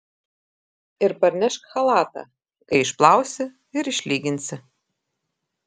ir parnešk chalatą kai išplausi ir išlyginsi